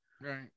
right